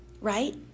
right